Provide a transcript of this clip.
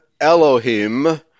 Elohim